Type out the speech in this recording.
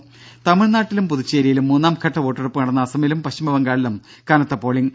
രും തമിഴ്നാട്ടിലും പുതുച്ചേരിയിലും മൂന്നാംഘട്ട വോട്ടെടുപ്പ് നടന്ന അസമിലും പശ്ചിമബംഗാളിലും കനത്ത പോളിംഗ്